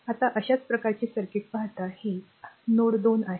आता अशाच प्रकारे सर्किट पहाता हे r नोड 2 आहे